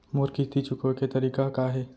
मोर किस्ती चुकोय के तारीक का हे?